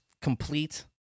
complete